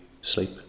sleep